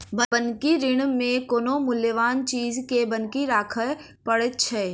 बन्हकी ऋण मे कोनो मूल्यबान चीज के बन्हकी राखय पड़ैत छै